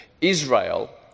israel